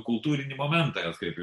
kultūrinį momentą atkreipiu